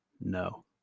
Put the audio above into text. No